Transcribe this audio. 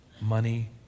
Money